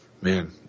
Man